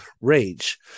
rage